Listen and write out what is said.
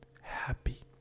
happy